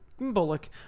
Bullock